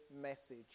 message